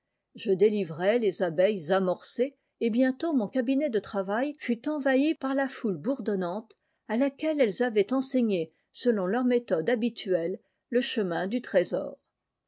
je délivrai les abeilles amorcées et bientôt mon cabinet de travail fut envahi par la foule bourdonnante à laquelle elles avaient enseigné selon leur méthode habituelle le chemin du trésor